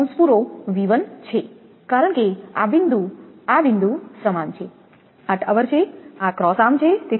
1𝐶 𝑉1 છે કારણ કે આ બિંદુ આ બિંદુ સમાન છે આ ટાવર છે આ ક્રોસ આર્મછે